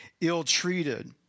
ill-treated